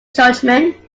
judgment